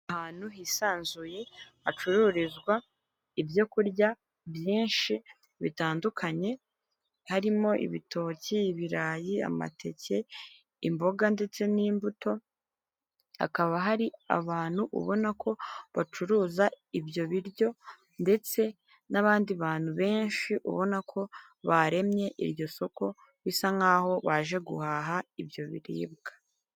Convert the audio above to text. Ahantu hisanzuye hacururizwa ibyokurya byinshi bitandukanye harimo ibitoki, ibirayi, amateke, imboga ndetse n'imbuto hakaba hari abantu ubona ko bacuruza ibyo biryo ndetse n'abandi bantu benshi ubona ko baremye iryo soko bisa nkaho baje guhaha ibyo biribwa.